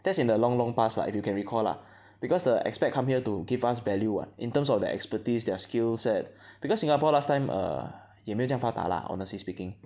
that's in the long long past lah if you can recall lah because the expat come here to give us value [what] in terms of their expertise their skills set because Singapore last time err 也没有这样发达 lah honestly speaking